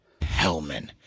Hellman